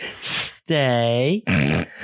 stay